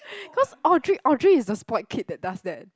cause Audrey Audrey is the spoilt kid that does that